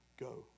Go